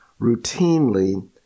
routinely